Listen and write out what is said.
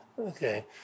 okay